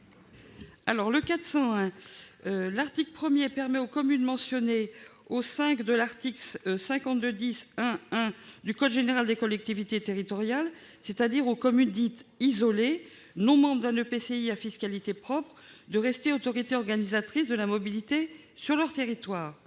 Vullien. L'article 1permet aux communes mentionnées au V de l'article L. 5210-1-1 du code général des collectivités territoriales, c'est-à-dire aux communes « isolées » non membres d'un EPCI à fiscalité propre, de rester autorités organisatrices de la mobilité sur leur territoire.